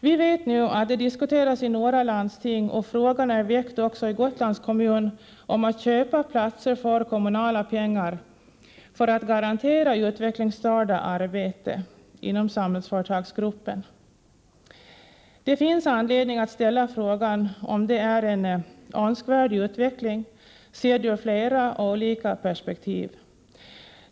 Vi vet nu att det diskuteras i några landsting, och frågan är väckt också i Gotlands kommun, att köpa platser för kommunala pengar för att garantera utvecklingsstörda arbete inom Samhällsföretagsgruppen. Det finns anledning att ställa frågan om det är en önskvärd utveckling, sedd ur flera olika perspektiv.